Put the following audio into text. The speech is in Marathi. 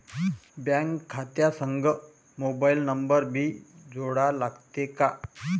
बँक खात्या संग मोबाईल नंबर भी जोडा लागते काय?